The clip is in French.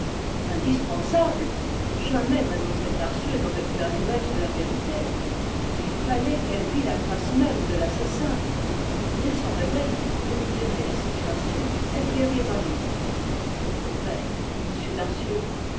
indispensable jamais mlle darcieux n'aurait pu admettre la vérité il fallait qu'elle vît la face même de l'assassin dès son réveil vous lui direz la situation elle guérira vite mais